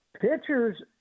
pitchers